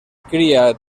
cria